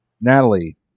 Natalie